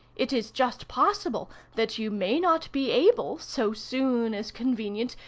it is just possible that you may not be able, so soon as convenient,